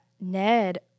Ned